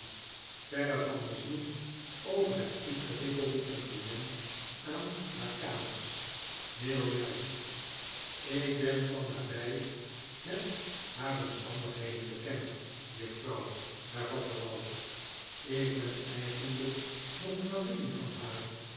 verre van misnoegd over het ingewikkelde compliment aan haar kamers heel juist ik ben van nabij met haar omstandigheden bekend juffrouw hervatte ralph ik ben eigenlijk nog familie van haar